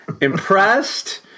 impressed